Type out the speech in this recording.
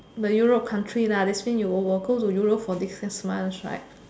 the Europe country lah that seems you'll all go to Europe for this six playground that's right